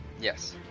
yes